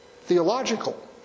theological